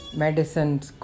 medicines